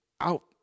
out